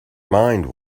mind